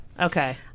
okay